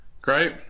Great